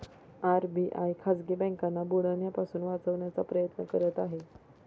RBI खाजगी बँकांना बुडण्यापासून वाचवण्याचा प्रयत्न करत आहे